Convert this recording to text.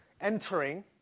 entering